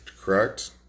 correct